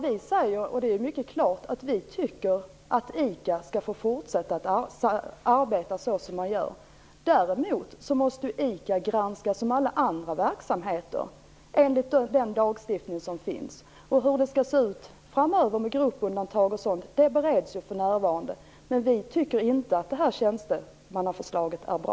Vi säger mycket klart att vi tycker att ICA skall få fortsätta att arbeta som man gör. Däremot måste ICA granskas precis som alla andra verksamheter, enligt den lagstiftning som finns. Hur det skall se ut framöver med gruppundantag och sådant bereds för närvarande, men vi tycker inte att tjänstemannaförslaget är bra.